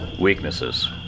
Weaknesses